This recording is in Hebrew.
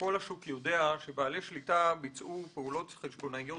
כל השוק יודע - שבעלי שליטה ביצעו פעולות חשבונאיות